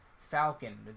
Falcon